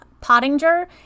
Pottinger